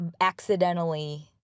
accidentally